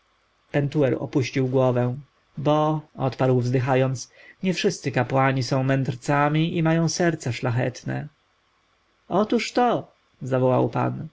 pentuer opuścił głowę bo odparł wzdychając nie wszyscy kapłani są mędrcami i mają serca szlachetne otóż to zawołał pan